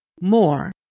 more